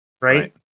right